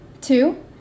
Two